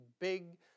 big